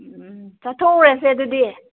ꯎꯝ ꯆꯠꯊꯣꯛꯎꯔꯁꯦ ꯑꯗꯨꯗꯤ